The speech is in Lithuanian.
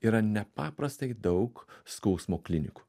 yra nepaprastai daug skausmo klinikų